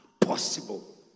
possible